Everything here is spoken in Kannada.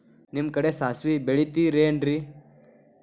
ನಿಮ್ಮ ಕಡೆ ಸಾಸ್ವಿ ಬೆಳಿತಿರೆನ್ರಿ?